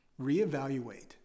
reevaluate